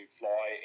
fly